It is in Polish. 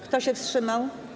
Kto się wstrzymał?